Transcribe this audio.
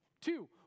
Two